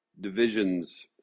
divisions